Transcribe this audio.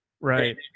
Right